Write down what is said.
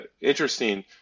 interesting